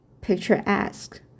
picturesque